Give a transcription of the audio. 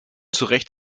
zurecht